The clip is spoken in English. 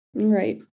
right